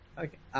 okay